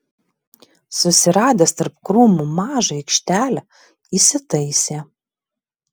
susiradęs tarp krūmų mažą aikštelę įsitaisė